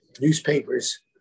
newspapers